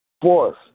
Fourth